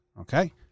Okay